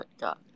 God